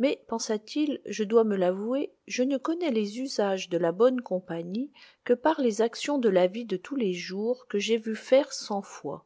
mais pensa-t-il je dois me l'avouer je ne connais les usages de la bonne compagnie que par les actions de la vie de tous les jours que j'ai vu faire cent fois